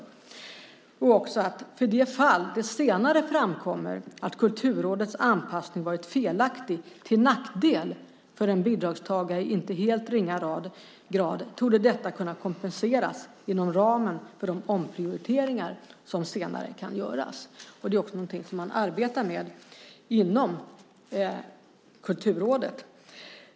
Man skriver också: "För det fall det senare framkommer att Kulturrådets anpassning varit felaktig till nackdel för en bidragstagare i inte helt ringa grad, torde detta kunna kompenseras inom ramen för de omprioriteringar som senare kan göras." Det är också något som man arbetar med inom Kulturrådet.